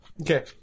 Okay